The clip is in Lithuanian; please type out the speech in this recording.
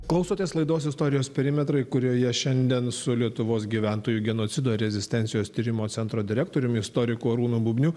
klausotės laidos istorijos perimetrai kurioje šiandien su lietuvos gyventojų genocido ir rezistencijos tyrimo centro direktoriumi istoriku arūnu bubniu